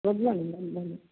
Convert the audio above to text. good morning good morning